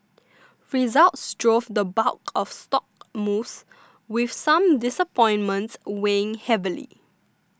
results drove the bulk of stock moves with some disappointments weighing heavily